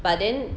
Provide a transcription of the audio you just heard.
but then